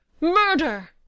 Murder